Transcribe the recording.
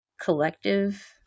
collective